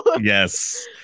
yes